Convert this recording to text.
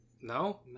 No